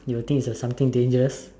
you would think it's a something dangerous